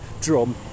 drum